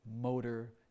motor